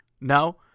no